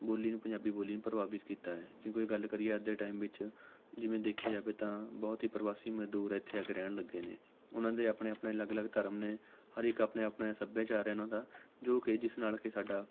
ਬੋਲੀ ਨੂੰ ਪੰਜਾਬੀ ਬੋਲੀ ਨੂੰ ਪ੍ਰਭਾਵਿਤ ਕੀਤਾ ਹੈ ਕਿਉਂਕਿ ਗੱਲ ਕਰੀਏ ਅੱਜ ਦੇ ਟਾਈਮ ਵਿੱਚ ਜਿਵੇਂ ਦੇਖਿਆ ਜਾਵੇ ਤਾਂ ਬਹੁਤ ਹੀ ਪ੍ਰਵਾਸੀ ਮਜ਼ਦੂਰ ਇੱਥੇ ਆ ਕੇ ਰਹਿਣ ਲੱਗੇ ਨੇ ਉਹਨਾਂ ਦੇ ਆਪਣੇ ਆਪਣੇ ਅਲੱਗ ਅਲੱਗ ਧਰਮ ਨੇ ਹਰੇਕ ਆਪਣੇ ਆਪਣੇ ਸੱਭਿਆਚਾਰ ਹੈ ਉਹਨਾਂ ਦਾ ਜੋ ਕਿ ਜਿਸ ਨਾਲ ਕਿ ਸਾਡਾ